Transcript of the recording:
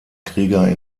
krieger